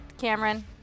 Cameron